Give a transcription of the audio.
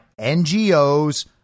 NGOs